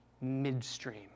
midstream